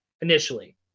initially